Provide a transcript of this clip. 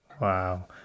Wow